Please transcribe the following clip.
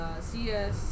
CS